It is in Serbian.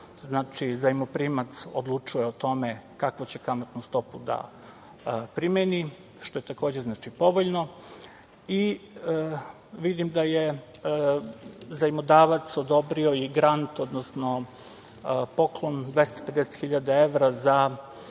znači, zajmoprimac odlučuje o tome kako će kamatnu stopu da primeni, što je takođe povoljno. Vidim da je zajmodavac odobrio i grant, odnosno poklon 250 hiljada evra za